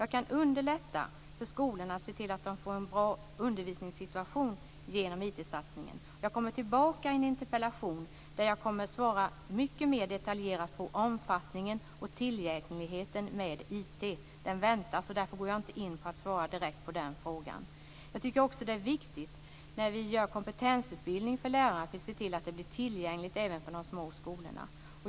Jag kan underlätta för skolorna, se till att de får en bra undervisningssituation genom IT Jag kommer tillbaka med anledning av en interpellation och då kommer jag att svara mycket mer detaljerat när det gäller omfattningen och tillgängligheten med IT. Den väntar, därför går jag inte in på att svara direkt på den frågan. När vi utformar kompetensutbildning för lärarna tycker jag att det är viktigt att vi ser till att den blir tillgänglig även för de små skolorna.